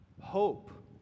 Hope